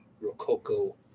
Rococo